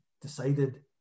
decided